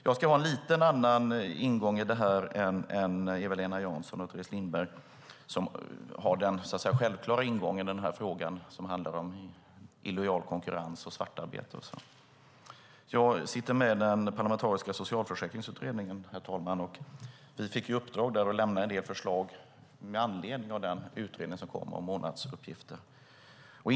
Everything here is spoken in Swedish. Jag har en lite annan ingång i debatten än Eva-Lena Jansson och Teres Lindberg, som har en självklar ingång i frågan, nämligen illojal konkurrens och svartarbete. Jag sitter med i den parlamentariska socialförsäkringsutredningen. Vi fick i uppdrag att lämna en del förslag med anledning av den utredning om månadsuppgifter som har avlämnats.